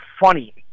funny